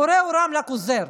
בורא עולם רק עוזר,